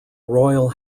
royal